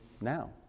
now